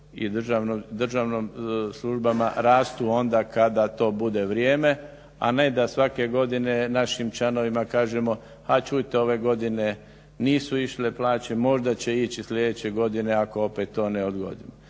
i državnim službama rastu onda kada to bude vrijeme, a ne da svake godine našim članovima kažemo a čujte ove godine nisu išle plaće. Možda će ići sljedeće godine ako opet to ne odgodimo.